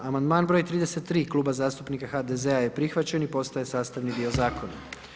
Amandman broj 33 Kluba zastupnika HDZ-a je prihvaćen i postaje sastavni dio zakona.